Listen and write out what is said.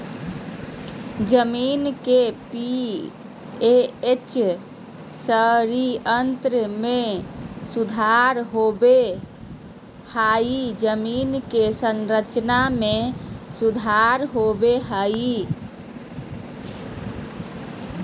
जमीन के पी.एच क्षारीयता में सुधार होबो हइ जमीन के संरचना में सुधार होबो हइ